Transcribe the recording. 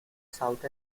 south